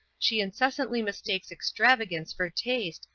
she incessantly mistakes extravagance for taste,